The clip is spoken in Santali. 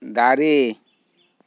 ᱫᱟᱨᱮᱹ